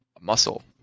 muscle